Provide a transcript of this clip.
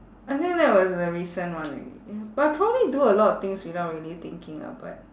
I think that was the recent one already but I probably do a lot things without really thinking ah but